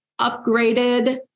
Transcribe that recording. upgraded